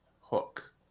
Hook